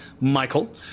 Michael